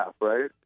Right